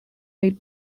made